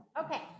okay